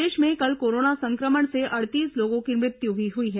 प्रदेश में कल कोरोना संक्रमण से अड़तीस लोगों की मृत्यु भी हुई है